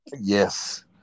Yes